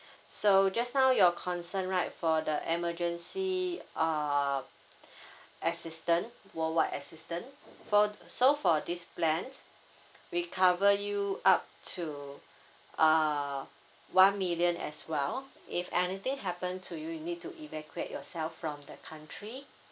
so just now your concern right for the emergency uh assistant worldwide assistant for so for this plan we cover you up to uh one million as well if anything happen to you you need to evacuate yourself from the country